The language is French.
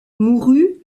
mourut